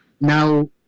Now